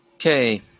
Okay